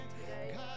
today